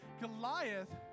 Goliath